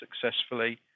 successfully